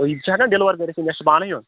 یہِ تہِ چھِ ہٮ۪کان ڈِلوَر کٔرِتھ مےٚ چھِ پانَے یُن